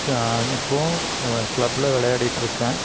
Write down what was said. இப்போவும் க்ளப்ல விளையாடிட்டிருக்கேன்